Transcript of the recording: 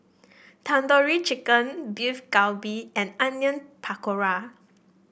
Tandoori Chicken Beef Galbi and Onion Pakora